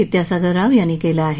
विद्यासागर राव यांनी केलं आहे